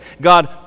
God